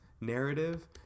narrative